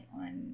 on